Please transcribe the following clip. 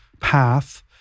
path